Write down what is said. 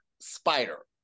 spider